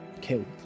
killed